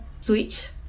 switch